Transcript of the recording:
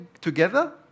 together